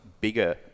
bigger